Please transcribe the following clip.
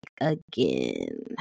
again